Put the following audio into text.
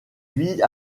vit